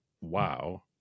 wow